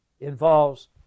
involves